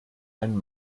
ein